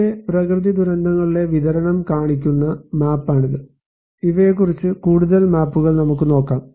ഇവിടെ പ്രകൃതിദുരന്തങ്ങളുടെ വിതരണം കാണിക്കുന്ന മാപ്പാണിത് ഇവയെക്കുറിച്ച് കൂടുതൽ മാപ്പുകൾ നമുക്ക് നോക്കാം